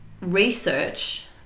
research